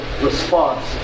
response